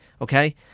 okay